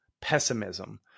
pessimism